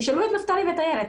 תשאלו את נפתלי ואת איילת.